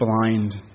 blind